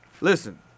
listen